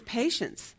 patience